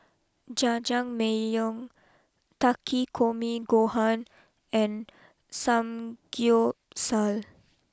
Jajangmyeon Takikomi Gohan and Samgyeopsal